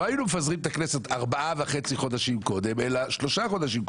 לא היינו מפזרים את הכנסת 4.5 חודשים קודם אלא 3 חודשים קודם.